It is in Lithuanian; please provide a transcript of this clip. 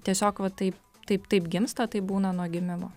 tiesiog vat taip taip taip gimsta taip būna nuo gimimo